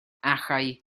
achau